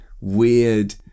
weird